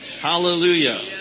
hallelujah